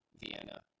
Vienna